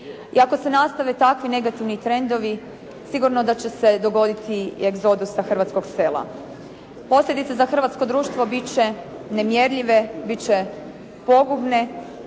i ako se nastave takvi negativni trendovi, sigurno da će se dogoditi egzodus sa hrvatskog sela. Posljedice za hrvatsko društvo biti će nemjerljive, biti će pogubne,